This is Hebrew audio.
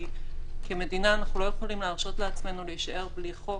כי כמדינה אנחנו לא יכולים להרשות לעצמנו להישאר בלי חוק,